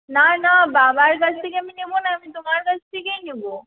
না না বাবার কাছ থেকে আমি নেব না আমি তোমার কাছ থেকেই নেব